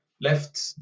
left